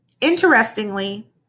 Interestingly